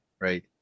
right